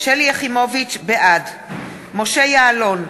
בעד משה יעלון,